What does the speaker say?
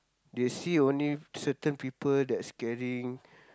they see only certain people that's carrying